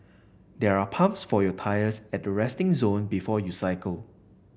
there are pumps for your tyres at the resting zone before you cycle